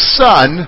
son